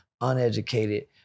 uneducated